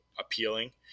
appealing